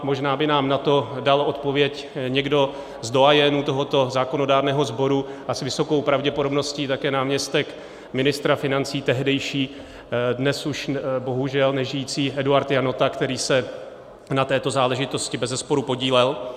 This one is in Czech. Možná by nám na to dal odpověď někdo z doyenů tohoto zákonodárného sboru a s vysokou pravděpodobností také náměstek ministra financí tehdejší, dnes už bohužel nežijící Eduard Janota, který se na této záležitosti bezesporu podílel.